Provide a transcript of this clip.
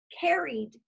carried